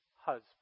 husband